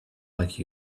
like